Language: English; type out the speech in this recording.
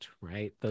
right